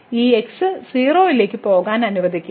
ഈ x 0 ലേക്ക് പോകാൻ അനുവദിക്കുക